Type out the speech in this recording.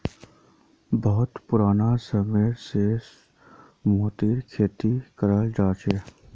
बहुत पुराना समय से मोतिर खेती कराल जाहा